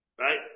Right